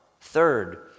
Third